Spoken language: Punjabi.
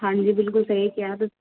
ਹਾਂਜੀ ਬਿਲਕੁਲ ਸਹੀ ਕਿਹਾ ਤੁਸੀਂ